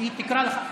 כשהיא תקרא לך,